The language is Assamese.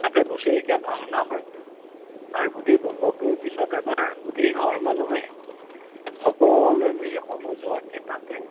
তাতে বছৰেকীয়া ভাওনা হয় আৰু গোটেই বছৰটোৰ পিছত এবাৰ গোটেই গাঁৱৰ মানুহে সকলোৱে মেলি সমজোৱাকে তাতে